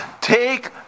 Take